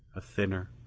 a thinner,